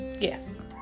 yes